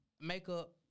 makeup